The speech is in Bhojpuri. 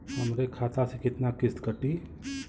हमरे खाता से कितना किस्त कटी?